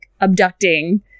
abducting